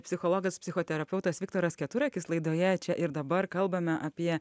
psichologas psichoterapeutas viktoras keturakis laidoje čia ir dabar kalbame apie